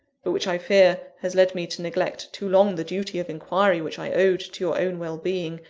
but which, i fear, has led me to neglect too long the duty of inquiry which i owed to your own well-being,